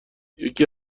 یکی